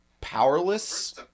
powerless